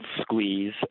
squeeze